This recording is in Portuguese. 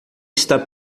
está